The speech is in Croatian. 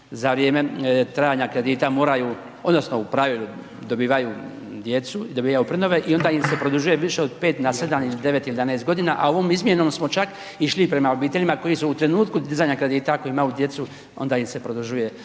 za vrijeme trajanja kredita moraju odnosno u pravilu dobivaju djecu i dobivaju prinove i onda im se produžuje više od 5 na 7 il 9, 11 godina, a ovom izmjenom smo čak išli prema obiteljima koji su u trenutku dizanja kad o tako imaju djecu onda im se produžuje